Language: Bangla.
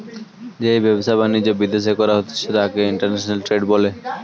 যেই ব্যবসা বাণিজ্য বিদ্যাশে করা হতিস তাকে ইন্টারন্যাশনাল ট্রেড বলে